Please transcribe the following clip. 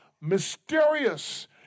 mysterious